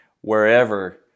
wherever